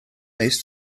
nes